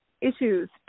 issues